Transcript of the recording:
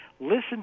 Listen